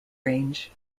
range